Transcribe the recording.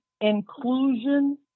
Inclusion